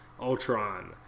Ultron